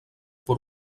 per